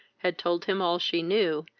had told him all she knew,